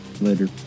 Later